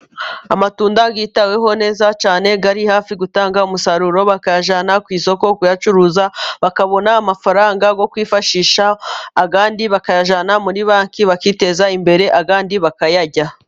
Amatunda yitaweho neza cyan ari hafi gutanga umusaruro, bakayajyana ku isoko kuyacuruza bakabona amafaranga yo kwifashisha ayandi bakayajyana muri banki, bakiteza imbere, ayandi bakayarya.